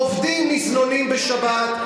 כן, עובדים מזנונים בשבת.